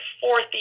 fourth